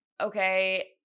okay